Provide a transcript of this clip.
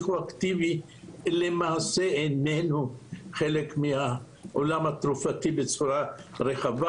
למעשה איננו חלק מהעולם התרופתי בצורה רחבה.